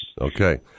Okay